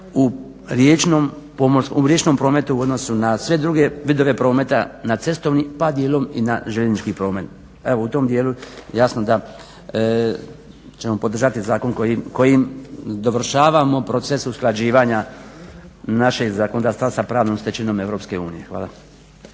u riječnom prometu u odnosu na sve druge vidove prometa, na cestovni pa djelom i na željeznički promet. Evo u tom dijelu je jasno da ćemo podržati zakon kojim dovršavamo proces usklađivanja našeg zakonodavstva sa pravnom stečevinom EU. Hvala.